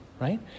right